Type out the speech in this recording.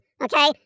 okay